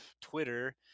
Twitter